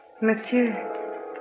Monsieur